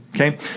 Okay